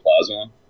plasma